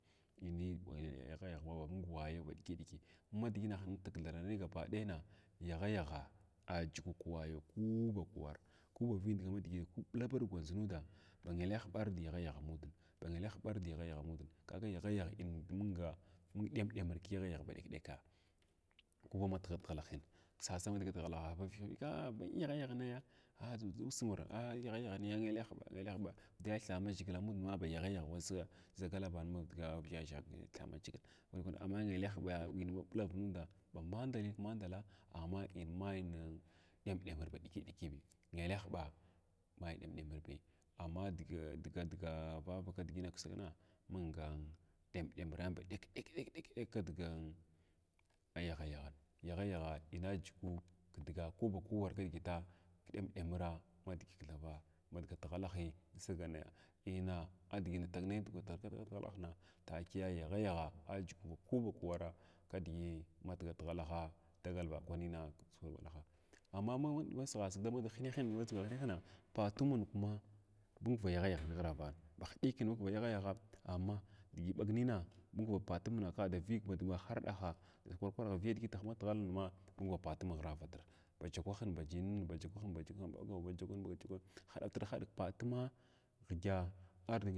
Inin wn agaha tagh maba mung wayo ba ɗika ɗki ma diʒi ankithg nayin gabaɗayina fagha yaghga ajugu wayo kuu vakwar ku vindigan madigin kuɓbangwandʒa nuda ba ngelehɓar da yaghayaghanuɗa ba ngelehɓard da yagha, yaghanuda amma kaga yaghyagh in munga mung ɗemɗmir kyaghayagh ba ɗekɗeka kuma mafihalfihalin sas dama dig tigha laa a an yaghayagh an ngelehɓa, ngalehɓa an ya thamaʒhgit nayamudna ba yagha yagh wu sa galar galar ary yathamaʒhgil amma ngelehɓa in wa ɓulav nuda ba manda nin kwandala amma in may nin niɗem-ɗemiri baɗikiɗi bi ngelehɓa mai ɗem ɗemirbi amma dga dga ravaka digin aksigning na munga ɗemɗemiran ba ɗek ɗek ɗek ɗeki kidigi yagha yaghin yaghyaghan ina jugu kdgan kuba kukwar kdigita ɗem ɗemiran ma digi kithava madigi dig tighala in sirga naya ina digi intagnayin firakai na yagha yagha, ajugu baku bawara kadigi ma diga taghalaha kidisa dagal vakwanina, amma ma sigha sig da hineha madiga ndʒig hinehanina patuma amg kuma bava yaghayagh ghiravan ba hiɗikin ba yaghayagh amma digi ɓagnin ba patum na kada vig da harɗahaa dkwar kwaraha baviyadigitah matghalma ma ba patum ghvava bachmghahin bajin baja kwahina baji baga kwahin baga kwwahin baji haɗativit haɗig patuma hyədya ardigin.